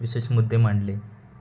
विशेष मुद्दे मांडले